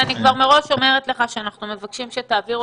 אני כבר מראש אומרת לך שאנחנו מבקשים שתעבירו